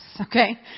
Okay